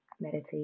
meditate